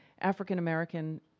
African-American